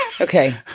Okay